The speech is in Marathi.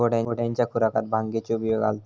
घोड्यांच्या खुराकात भांगेचे बियो घालतत